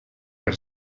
per